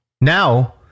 Now